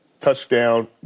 touchdown